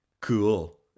Cool